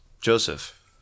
Joseph